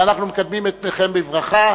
ואנחנו מקדמים את פניכן בברכה.